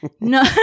No